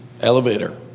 Elevator